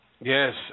Yes